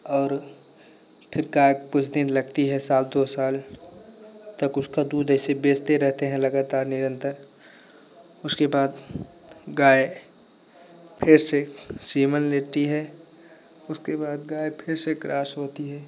और फिर गाय कुछ दिन लगती है साल दो साल तक उसका दूध ऐसे बेचते रहते हैं लगातार निरन्तर उसके बाद गाय फिर से सीमन लेती है उसके बाद गाय फिर से क्रॉस होती है